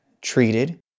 treated